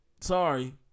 Sorry